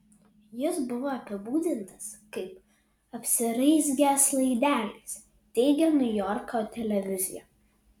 jis buvo apibūdintas kaip apsiraizgęs laideliais teigia niujorko televizija